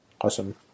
Awesome